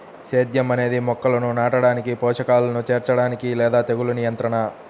సేద్యం అనేది మొక్కలను నాటడానికి, పోషకాలను చేర్చడానికి లేదా తెగులు నియంత్రణ